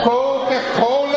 Coca-Cola